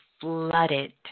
flooded